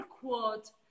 quote